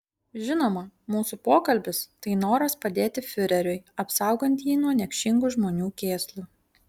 žinoma mūsų pokalbis tai noras padėti fiureriui apsaugant jį nuo niekšingų žmonių kėslų